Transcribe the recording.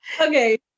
okay